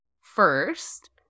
first